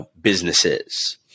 businesses